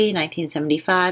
1975